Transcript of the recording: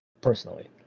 personally